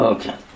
Okay